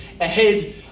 ahead